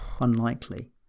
Unlikely